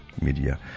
media